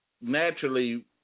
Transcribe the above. naturally